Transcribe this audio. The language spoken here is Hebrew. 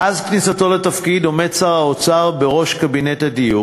מאז כניסתו לתפקיד עומד שר האוצר בראש קבינט הדיור